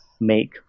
make